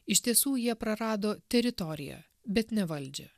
iš tiesų jie prarado teritoriją bet ne valdžią